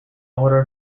order